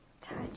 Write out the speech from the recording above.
touch